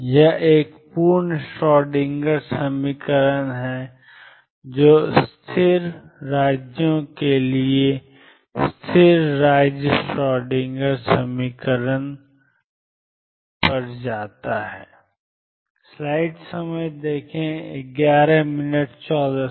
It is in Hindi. यह एक पूर्ण श्रोडिंगर समीकरण है जो स्थिर राज्यों के लिए स्थिर राज्य श्रोएडिंगर समीकरण पर जाता है